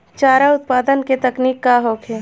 चारा उत्पादन के तकनीक का होखे?